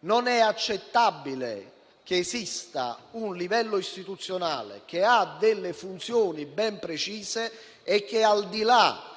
Non è accettabile che esista un livello istituzionale con funzioni ben precise che, al di là